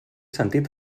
sentit